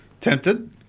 Tempted